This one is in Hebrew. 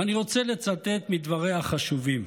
ואני רוצה לצטט מדבריה החשובים.